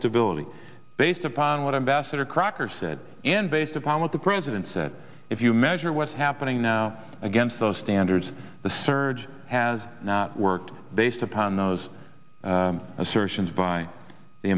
stability based upon what ambassador crocker said and based upon what the president said if you measure what's happening now against those standards the surge has not worked based upon those assertions by the